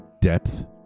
depth